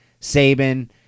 Saban